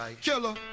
Killer